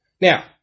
Now